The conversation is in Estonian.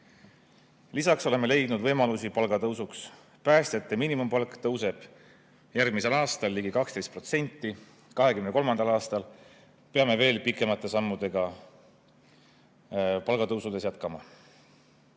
oleme leidnud võimalusi palgatõusuks. Päästjate miinimumpalk tõuseb järgmisel aastal ligi 12%. 2023. aastal peame veel pikemate sammudega palgatõusudes jätkama. Ma